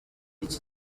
iki